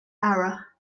error